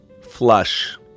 Flush